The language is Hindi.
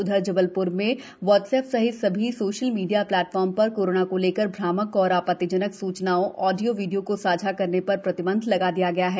उधर जबलपुर में व्हाट्स अप सहित सभी सोशल मीडिया प्लेटफार्म पर कोरोना को लेकर भ्रामक और आपत्तिजनक सूचनाओं आडियो वीडियो को साझा करने पर प्रतिबंध लगा दिया है